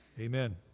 Amen